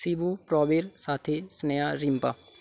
Shibu Prabir Sathi Sneha Rimpa